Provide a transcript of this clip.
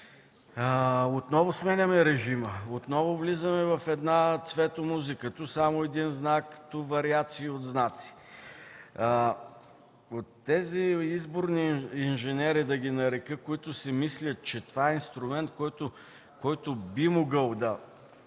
Отново сменяме режима, отново влизаме в една цветомузика – ту само един знак, ту вариации от знаци. Тези изборни инженери, да ги нарека, които си мислят, че това е инструмент, който би могъл да